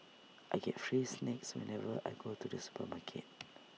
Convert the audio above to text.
I get free snacks whenever I go to the supermarket